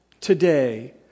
today